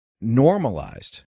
normalized